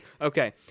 Okay